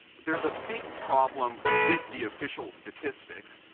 there's a big problem with the official statistics,